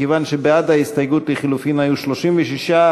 מכיוון שבעד ההסתייגות לחלופין היו 36,